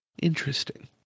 Interesting